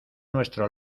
nuestro